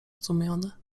zdumiony